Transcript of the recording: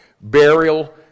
burial